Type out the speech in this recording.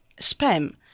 Spam